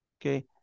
Okay